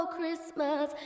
Christmas